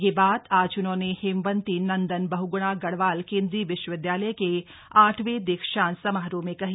यह बात आज उन्होंने हेमवती नन्दन बहगुणा गढ़वाल केन्द्रीय विश्वविद्यालय के आठवें दीक्षांत समारोह में कही